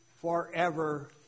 forever